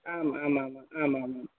आम् आम् आमाम् आम् आम्